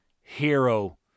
hero